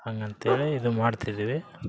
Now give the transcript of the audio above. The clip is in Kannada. ಹಂಗಂತೇಳಿ ಇದು ಮಾಡ್ತಿದಿವಿ